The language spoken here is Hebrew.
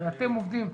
ואתם עובדים.